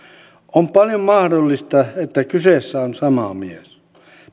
on paljon mahdollista että kyseessä on sama mies